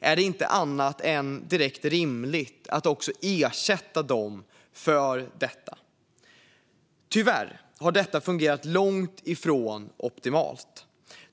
är det inte annat än rimligt att ersätta dem för detta. Tyvärr har det fungerat långt ifrån optimalt.